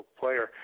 player